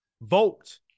Vote